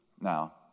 Now